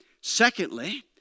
Secondly